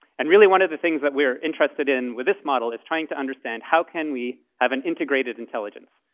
and really, one of the things that we're interested in with this model is trying to understand, how can we have an integrated intelligence?